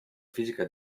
fisica